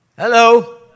Hello